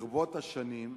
ברבות השנים,